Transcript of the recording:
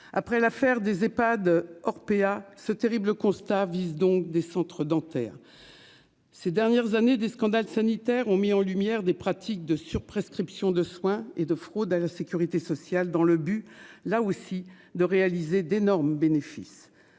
Après l'affaire des Ehpad Orpea ce terrible. Constat vice-donc des centres dentaires. Ces dernières années des scandales sanitaires ont mis en lumière des pratiques de sur prescription de soins et de. Fraude à la sécurité sociale dans le but là aussi de réaliser d'énormes bénéfices